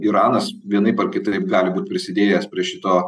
iranas vienaip ar kitaip gali būt prisidėjęs prie šito